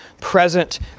present